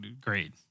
great